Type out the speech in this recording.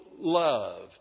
love